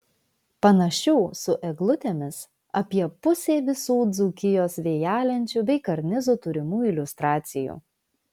panašių su eglutėmis apie pusė visų dzūkijos vėjalenčių bei karnizų turimų iliustracijų